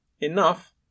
enough